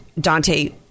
Dante